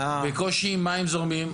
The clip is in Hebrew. בקושי מים זורמים.